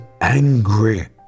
angry